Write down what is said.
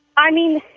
i mean.